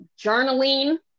journaling